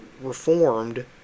Reformed